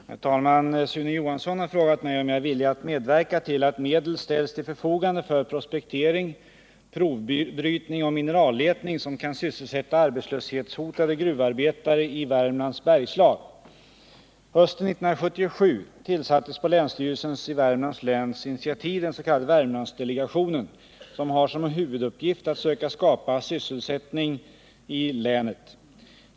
Herr talman! Sune Johansson har frågat mig om jag är villig att medverka till att medel ställs till förfogande för prospektering, provbrytning och mineralletning som kan sysselsätta arbetslöshetshotade gruvarbetare i Värmlands bergslag. Hösten 1977 tillsattes på länsstyrelsens i Värmlands län initiativ den s.k. Värmlandsdelegationen som har som huvuduppgift att söka skapa sysselsättning i länet.